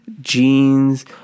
jeans